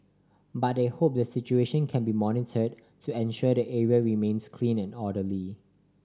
but they hope the situation can be monitored to ensure the area remains clean and orderly